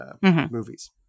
movies